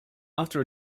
after